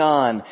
on